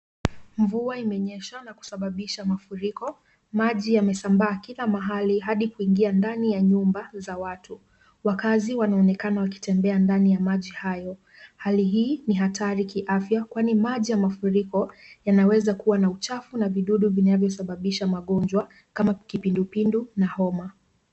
Mvua imenyesha na kusababisha mafuriko. Maji yamesambaa kila mahali hadi kuingia ndani ya nyumba za watu. Wakaazi wanaonekana wakitembea ndani ya maji hayo. Hali hii ni hatari kiafya kwani maji ya mafuriko yanaweza kuwa na uchafu na vidudu vinavyosababisha magonjwa kama kipindupindu na homa.